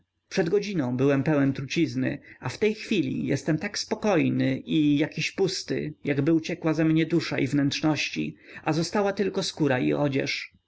przed godziną byłem pełen trucizny a w tej chwili jestem tak spokojny i jakiś pusty jakby uciekła ze mnie dusza i wnętrzności a została tylko skóra i odzież